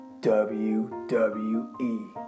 WWE